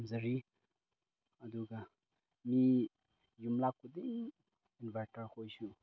ꯊꯝꯖꯔꯤ ꯑꯗꯨꯒ ꯃꯤ ꯌꯨꯝꯂꯛ ꯈꯨꯗꯤꯡ ꯏꯟꯕꯔꯇꯔ ꯈꯣꯏꯁꯨ